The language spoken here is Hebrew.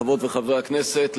חברות וחברי הכנסת,